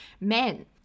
men